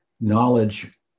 knowledge